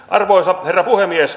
arvoisa herra puhemies